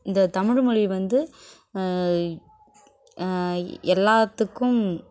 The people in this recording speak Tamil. இந்த தமிழ்மொழி வந்து எல்லாத்துக்கும்